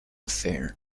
fair